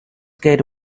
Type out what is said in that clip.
gate